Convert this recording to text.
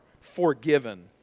forgiven